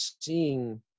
seeing